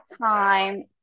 time